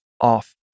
off